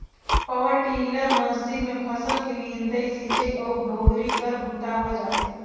power tiller machine मे फसल के निंदई, सिंचई अउ डोहरी कर बूता होए जाथे